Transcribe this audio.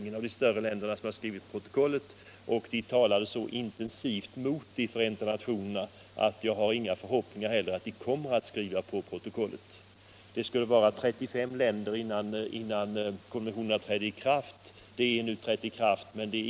Inga av de större länderna skrev på protokollet. De talade också så intensivt mot vårt förslag i Förenta nationerna att jag inte har några förhoppningar om att de kommer att skriva på protokollet. Det skulle vara 35 länder innan konventionerna trädde i kraft.